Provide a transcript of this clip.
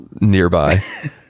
nearby